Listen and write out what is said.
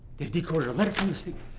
they've decoded a letter from the sta